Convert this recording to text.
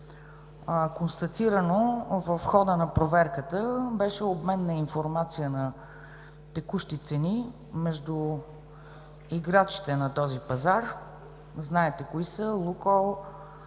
констатирано в хода на проверката, беше обмен на информация на текущи цени между играчите на този пазар – знаете кои са: